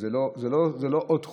זה לא עוד חוק.